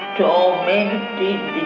tormented